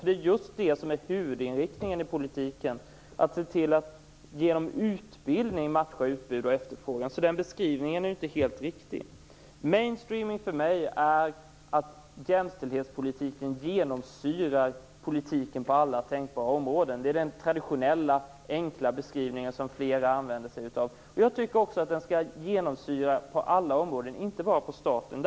Det är nämligen det som är huvudinriktningen i politiken. Det är att se till att man genom utbildning matchar utbud och efterfrågan. Den beskrivningen är alltså inte helt riktig. Mainstreaming för mig är att jämställdhetspolitiken genomsyrar politiken på alla tänkbara områden. Det är den traditionella enkla beskrivning som flera använder sig av. Jag tycker också att den skall genomsyra verksamheten på alla områden, inte bara i staten.